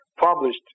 published